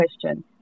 question